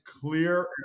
clear